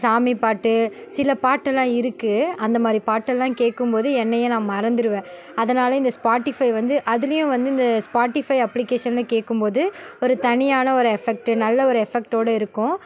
சாமிப் பாட்டு சில பாட்டெல்லாம் இருக்குது அந்த மாதிரி பாட்டெல்லாம் கேட்கும் போது என்னையே நான் மறந்துடுவேன் அதனால் இந்த ஸ்பாட்டிஃபை வந்து அதுலேயும் வந்து இந்த ஸ்பாட்டிஃபை அப்ளிக்கேஷனில் கேட்கும் போது ஒரு தனியான ஒரு எஃபெக்ட்டு நல்ல ஒரு எஃபெக்ட்டோடு இருக்கும்